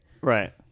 Right